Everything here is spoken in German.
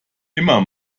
immer